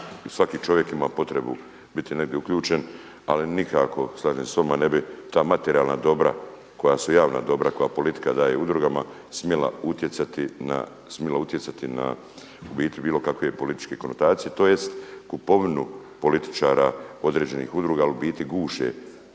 svaki čovjek ima potrebu biti negdje uključen, ali nikako slažem se sa vama ne bi ta materijalna dobra koja su javna dobra, koje politika daje udrugama smjela utjecati na u biti bilo kakve političke konotacije, tj. kupovinu političara određenih udruga, ali u biti guše